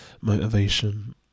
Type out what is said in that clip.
motivation